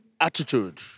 attitude